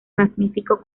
magnífico